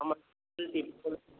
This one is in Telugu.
మమ్మల్ని